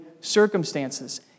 circumstances